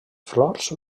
flors